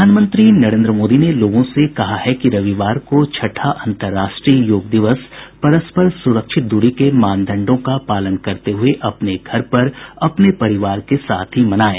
प्रधानमंत्री नरेन्द्र मोदी ने लोगों से कहा है कि रविवार को छठा अंतरराष्ट्रीय योग दिवस पररस्पर सुरक्षित दूरी के मानदंडों का पालन करते हुए घर पर अपने परिवार के साथ ही मनाएं